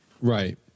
Right